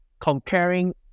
comparing